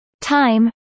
Time